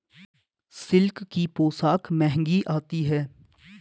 silk की पोशाक महंगी आती है